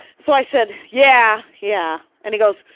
so i said, yeah, yeah, and he goes,